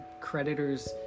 creditors